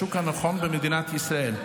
לשוק הנכון במדינת ישראל.